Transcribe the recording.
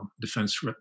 defense